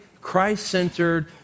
Christ-centered